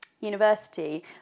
university